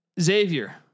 Xavier